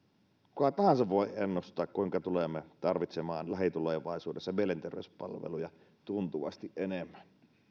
kuka tahansa voi ennustaa kuinka tulemme tarvitsemaan lähitulevaisuudessa mielenterveyspalveluja tuntuvasti enemmän